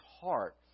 heart